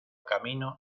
camino